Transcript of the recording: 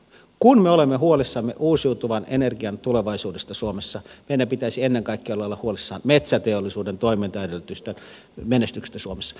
kun me olemme huolissamme uusiutuvan energian tulevaisuudesta suomessa meidän pitäisi ennen kaikkea olla huolissamme metsäteollisuuden toimintaedellytysten menestyksestä suomessa